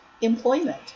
employment